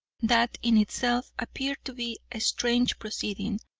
that, in itself, appeared to be a strange proceeding,